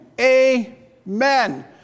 Amen